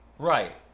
Right